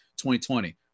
2020